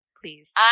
Please